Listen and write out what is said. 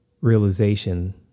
realization